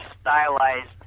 stylized